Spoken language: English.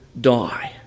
die